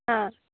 हां